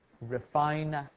refine